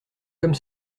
comme